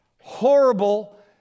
horrible